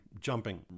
jumping